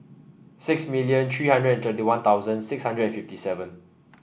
six million three hundred and thirty One Thousand six hundred and fifty seven